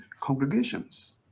congregations